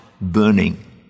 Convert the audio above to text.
burning